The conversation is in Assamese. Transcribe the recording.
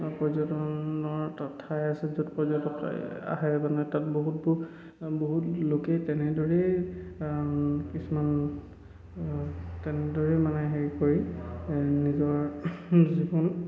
পৰ্যটনৰ ঠাই আছে য'ত পৰ্যটক আহে মানে তাত বহুতবোৰ বহুত লোকেই তেনেদৰেই কিছুমান তেনেদৰেই মানে হেৰি কৰি নিজৰ জীৱন